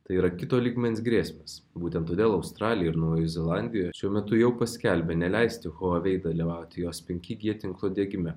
tai yra kito lygmens grėsmės būtent todėl australija ir naujoji zelandija šiuo metu jau paskelbė neleisti huawei dalyvauti jos penki g tinklo diegime